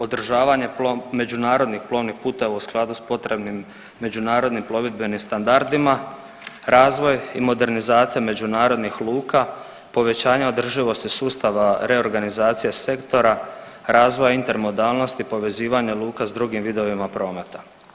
Održavanje međunarodnih plovnih puteva u skladu sa potrebnim međunarodnim plovidbenim standardima, razvoj i modernizacija međunarodnih luka, povećanje održivosti sustava reorganizacije sektora, razvoja intermodalnosti, povezivanje luka sa drugim vidovima prometa.